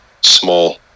small